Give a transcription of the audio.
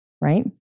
right